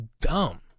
dumb